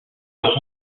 leur